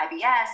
IBS